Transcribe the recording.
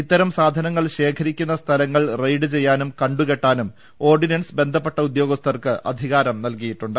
ഇത്തരം സാധനങ്ങൾ ശേഖരിക്കുന്ന സ്ഥലങ്ങൾ റെയ്ഡ് ചെയ്യാനും കണ്ടു കെട്ടാനും ഓർഡിനൻസ് ബന്ധപ്പെട്ട ഉദ്യോഗസ്ഥർക്ക് അധികാരം നൽകിയിട്ടുണ്ട്